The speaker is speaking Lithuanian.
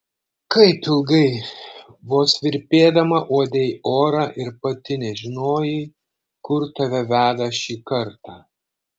kaip ilgai vos virpėdama uodei orą ir pati nežinojai kur tave veda šį kartą